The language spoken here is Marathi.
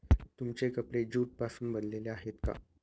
तुमचे कपडे ज्यूट पासून बनलेले आहेत का?